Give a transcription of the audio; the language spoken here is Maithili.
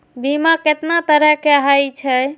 बीमा केतना तरह के हाई छै?